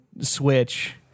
switch